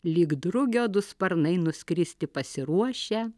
lyg drugio du sparnai nuskristi pasiruošę